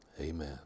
Amen